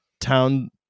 town